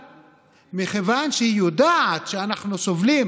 מכיוון שאנחנו יודעים שאנחנו סובלים